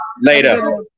Later